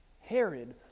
Herod